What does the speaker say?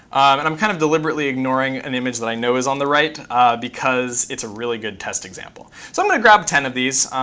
and i'm kind of deliberately ignoring an image that i know is on the right because it's a really good test example. so i'm going to grab ten of these.